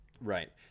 Right